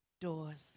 Doors